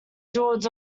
fjords